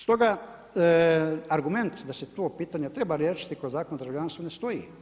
Stoga argument da se to pitanje treba riješiti kroz Zakon o državljanstvu ne stoji.